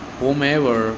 whomever